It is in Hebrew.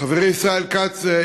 חברי ישראל כץ,